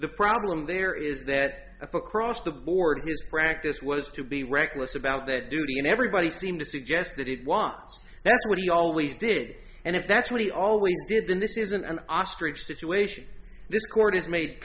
the problem there is that across the board his practice was to be reckless about that duty and everybody seemed to suggest that it was that's what he always did and if that's what he always did then this is an ostrich situation this court has made